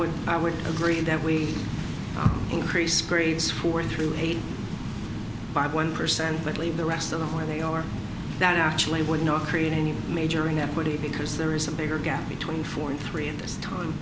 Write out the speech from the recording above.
would i would agree that we increase grades four through eight by one percent but leave the rest of the where they are that actually would not create any major inequity because there is a bigger gap between four and three in this t